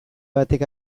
batek